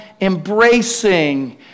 embracing